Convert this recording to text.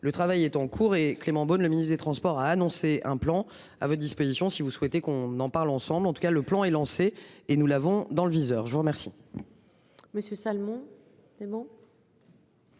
Le travail est en cours et Clément Beaune, le ministre des Transports a annoncé un plan à votre disposition si vous souhaitez qu'on en parle ensemble, en tout cas le plan est lancée et nous l'avons dans le viseur. Je vous remercie.